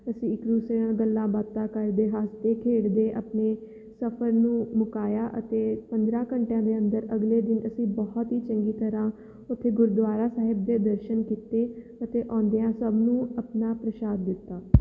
ਅਸੀਂ ਇੱਕ ਦੂਸਰੇ ਨਾਲ ਗੱਲਾਂ ਬਾਤਾਂ ਕਰਦੇ ਹੱਸਦੇ ਖੇਡਦੇ ਆਪਣੇ ਸਫਰ ਨੂੰ ਮੁਕਾਇਆ ਅਤੇ ਪੰਦਰ੍ਹਾਂ ਘੰਟਿਆਂ ਦੇ ਅੰਦਰ ਅਗਲੇ ਦਿਨ ਅਸੀਂ ਬਹੁਤ ਹੀ ਚੰਗੀ ਤਰ੍ਹਾਂ ਉੱਥੇ ਗੁਰਦੁਆਰਾ ਸਾਹਿਬ ਦੇ ਦਰਸ਼ਨ ਕੀਤੇ ਅਤੇ ਆਉਂਦਿਆਂ ਸਭ ਨੂੰ ਆਪਣਾ ਪ੍ਰਸ਼ਾਦ ਦਿੱਤਾ